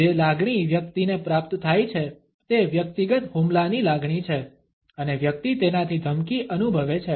જે લાગણી વ્યક્તિને પ્રાપ્ત થાય છે તે વ્યક્તિગત હુમલાની લાગણી છે અને વ્યક્તિ તેનાથી ધમકી અનુભવે છે